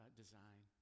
design